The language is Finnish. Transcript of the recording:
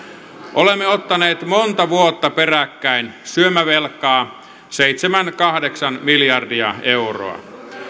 olemme ottaneet monta vuotta peräkkäin syömävelkaa seitsemän viiva kahdeksan miljardia euroa